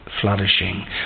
flourishing